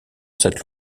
cette